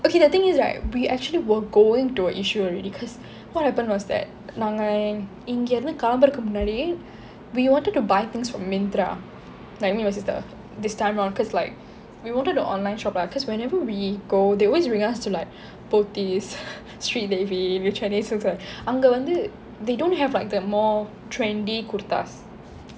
okay the thing is right we actually were going to the issue already because what happened was that நாங்க இங்கேர்ந்து கிளம்புறதுக்கு முன்னாடி:naanga ingernthu kilamburathukku munnadi we wanted to buy things from myntra like me and my sister this time on because like we wanted to online shop lah cause whenever we go they always bring us to like pothys Sweet Davy or chennai silks right they don't have like the more trendy kurtas